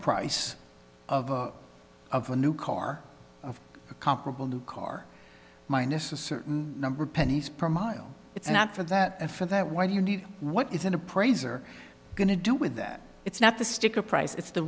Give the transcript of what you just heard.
price of a new car of a comparable new car minus a certain number of pennies per mile it's not for that and for that why do you need what is an appraiser going to do with that it's not the sticker price it's the